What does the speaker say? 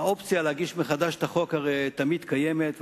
האופציה להגיש מחדש את החוק הרי תמיד קיימת,